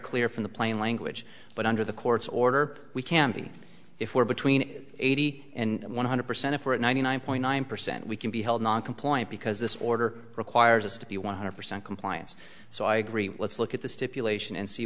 clear from the plain language but under the court's order we can be if we're between eighty and one hundred percent for ninety nine point nine percent we can be held non compliant because this order requires us to be one hundred percent compliance so i agree let's look at the stipulation and see